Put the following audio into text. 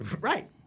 Right